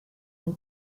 and